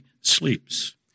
sleeps